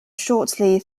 shortly